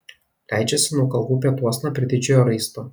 leidžiasi nuo kalvų pietuosna prie didžiojo raisto